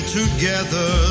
together